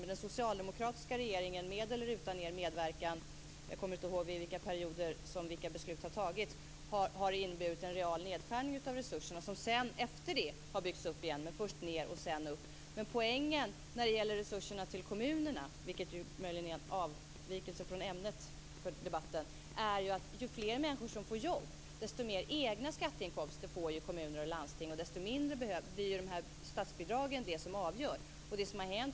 Men den socialdemokratiska regeringen har med eller utan er medverkan - jag kommer inte ihåg under vilka perioder vilka beslut har fattats - fört en politik som inneburit en real nedskärning av resurserna. De har sedan, efter detta, byggts upp igen. Först drogs de ned, sedan byggdes de upp. Men när det gäller resurserna till kommunerna är ju poängen - det här avviker möjligen från ämnet för debatten - att kommuner och landsting får mer egna skatteinkomster ju fler människor som får jobb. Och då avgör statsbidragen desto mindre.